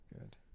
good